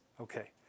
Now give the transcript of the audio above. Okay